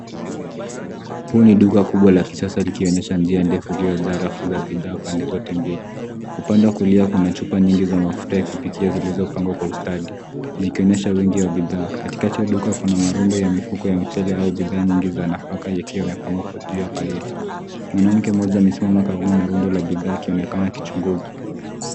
Nduka mkubwa, kuna bidhaa nyingi za chakula. Upande wa kulia, chupa nyingi za mafuta ya kupikia zimepangwa kwa ustadi. Sehemu ya nduka ina marundo ya mifuko ya nafaka kwenye paleti. Wafanyakazi wanashughulika na rundo la bidhaa kama sehemu ya kazi zao za kila siku.